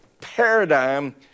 paradigm